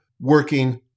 working